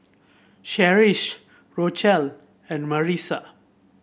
Cherish Rochelle and Marissa